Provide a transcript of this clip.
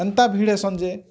ଏନ୍ତା ଭିଡ଼୍ ହେଇସନ୍ ଯେ